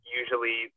usually